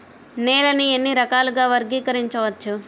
నేలని ఎన్ని రకాలుగా వర్గీకరించవచ్చు?